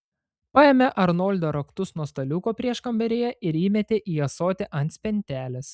paėmė arnoldo raktus nuo staliuko prieškambaryje ir įmetė į ąsotį ant spintelės